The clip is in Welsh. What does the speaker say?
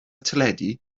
teledu